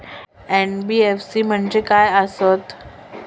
NBFC म्हणजे खाय आसत?